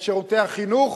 את שירותי החינוך,